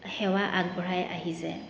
সেৱা আগবঢ়াই আহিছে